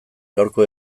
gaurko